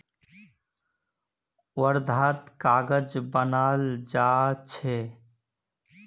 वर्धात कागज बनाल जा छे